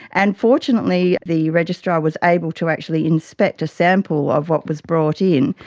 and fortunately the registrar was able to actually inspect a sample of what was brought in,